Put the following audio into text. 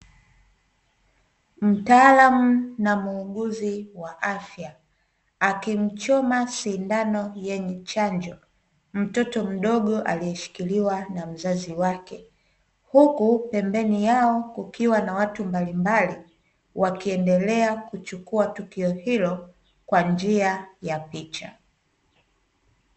Mtaalamu na muuguzi wa afya, akimchoma sindano yenye chanjo mtoto mdogo aliyeshikiliwa na mzazi wake, huku pembeni yao kukiwa na watu mbalimbali, wakiendelea kuchukua tukio hilo kwa njia ya picha.